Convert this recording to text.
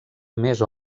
més